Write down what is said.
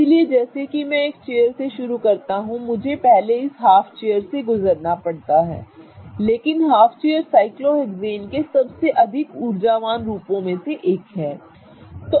इसलिए जैसा कि मैं एक चेयर से शुरू करता हूं मुझे पहले इस हाफ चेयर से गुजरना पड़ता है लेकिन हाफ चेयर साइक्लोहेक्सेन के सबसे अधिक ऊर्जावान रूपों में से एक है